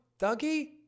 Dougie